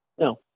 no